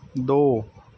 ਦੋ